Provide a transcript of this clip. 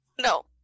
no